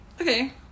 Okay